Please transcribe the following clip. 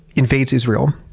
invades israel,